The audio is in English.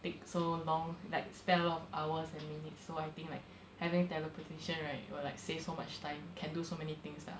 take so long like spend a lot of hours and minutes so I think like having teleportation right will like save so much time can do so many things lah